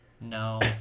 No